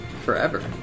Forever